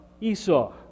Esau